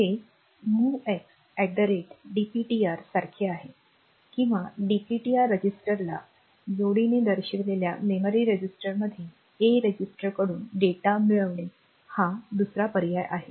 हे MOVX DPTR सारखे आहे किंवा डीपीटीआर रजिस्टरला जोडीने दर्शविलेल्या मेमरी रजिस्टरमध्ये A रजिस्टरकडून डेटा मिळवणे हा दुसरा पर्याय आहे